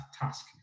task